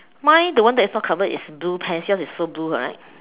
mine the one that is not covered is blue pants yours is also blue right